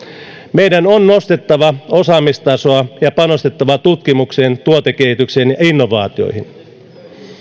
meidän on nostettava osaamistasoa ja panostettava tutkimukseen tuotekehitykseen ja innovaatioihin